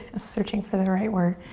searching for that right word,